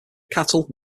cattle